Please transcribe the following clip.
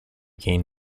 gain